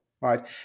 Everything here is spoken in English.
right